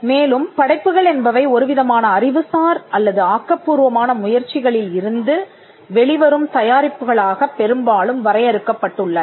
மேலும் படைப்புகள் என்பவை ஒரு விதமான அறிவுசார் அல்லது ஆக்கபூர்வமான முயற்சிகளில் இருந்து வெளிவரும் தயாரிப்புகளாகப் பெரும்பாலும் வரையறுக்கப்பட்டுள்ளன